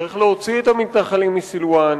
צריך להוציא את המתנחלים מסילואן,